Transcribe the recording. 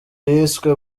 yiswe